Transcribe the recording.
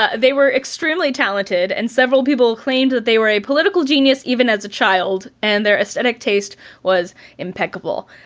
ah they were extremely talented and several people claimed that they were a political genius, even as a child, and their aesthetic taste was impeccable.